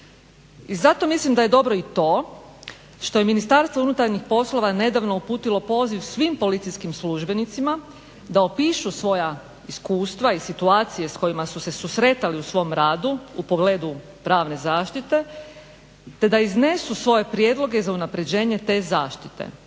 I zato mislim da je dobro i to što je MUP nedavno uputilo poziv svim policijskim službenicima da opišu svoja iskustva i situacije s kojima su se susretali u svom radu u pogledu pravne zaštite te da iznesu svoje prijedloge za unapređenje te zaštite.